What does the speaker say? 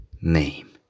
name